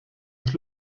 los